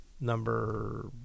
number